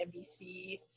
NBC